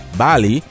bali